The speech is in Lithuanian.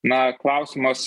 na klausimas